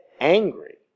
angry